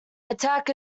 attack